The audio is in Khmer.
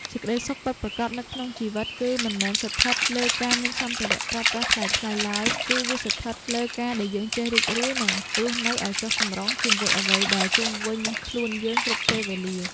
សេចក្តីសុខពិតប្រាកដនៅក្នុងជីវិតគឺមិនមែនស្ថិតលើការមានសម្ភារៈប្រើប្រាស់ថ្លៃៗឡើយគឺវាស្ថិតលើការដែលយើងចេះរីករាយ និង រស់នៅឱ្យចុះសម្រុងជាមួយអ្វីដែលជុំវិញខ្លួនយើងគ្រប់ពេលវេលា។